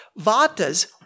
Vatas